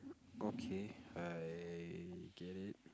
okay I get it